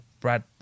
brad